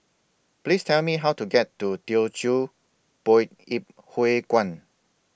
Please Tell Me How to get to Teochew Poit Ip Huay Kuan